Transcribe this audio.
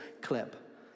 clip